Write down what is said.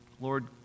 Lord